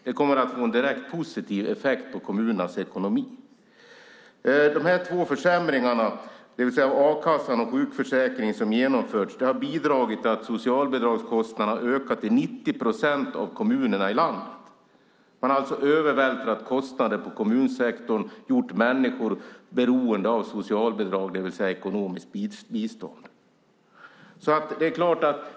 Det kommer att få en direkt positiv effekt på kommunernas ekonomi. De försämringar av a-kassan och sjukförsäkringen som har genomförts har bidragit till att socialbidragskostnaderna har ökat i 90 procent av kommunerna i landet. Man har alltså övervältrat kostnader på kommunsektorn och gjort människor beroende av socialbidrag, det vill säga ekonomiskt bistånd.